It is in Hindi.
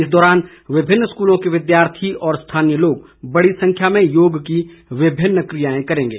इस दौरान विभिन्न स्कूलों के विद्यार्थी और स्थानीय लोग बड़ी संख्या में योग की विभिन्न क्रियाएं करेंगे